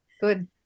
good